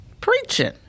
preaching